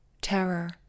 terror